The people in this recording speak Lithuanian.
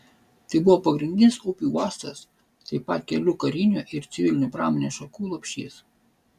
tai buvo pagrindinis upių uostas taip pat kelių karinių ir civilinių pramonės šakų lopšys